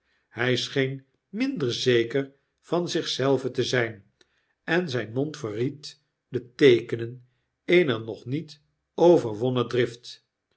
h scheen minder zeker van zich zelven te zp en zp mond verried de teekenen eener nog niet overwonnen drift